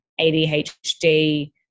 ADHD